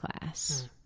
class